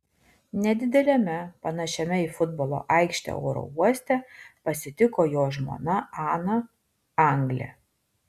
nedideliame panašiame į futbolo aikštę oro uoste pasitiko jo žmona ana anglė